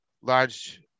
large –